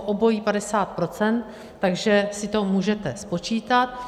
Obojí 50 %, takže si to můžete spočítat.